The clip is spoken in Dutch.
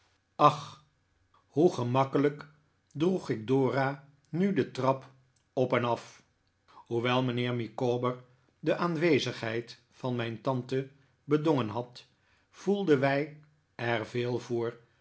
ach hoe gemakkelijk droeg ik dora nu de trap op en af hoewel mijnheer micawber de aanwezigheid van mijn tante bedongen had voelden wij er veel voor